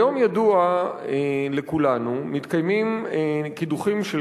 כיום ידוע לכולנו שמתקיימים קידוחים של